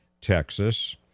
Texas